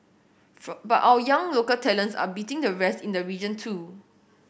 for but our young local talents are beating the rest in the region too